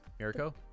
Mirko